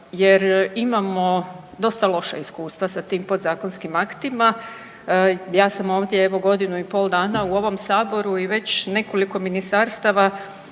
jer imamo dosta loša iskustva sa tim podzakonskim aktima. Ja sam ovdje, evo, godinu i pol dana u ovom Saboru i već nekoliko ministarstava